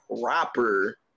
proper